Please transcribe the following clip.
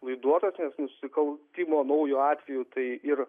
laiduotojas nes nusikaltimo naujo atveju tai ir